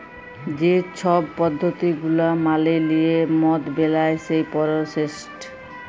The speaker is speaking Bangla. যে ছব পদ্ধতি গুলা মালে লিঁয়ে মদ বেলায় সেই পরসেসট